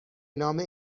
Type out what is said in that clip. نامه